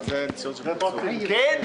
כן?